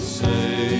say